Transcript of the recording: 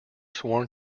sworn